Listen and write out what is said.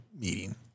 meeting